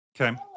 Okay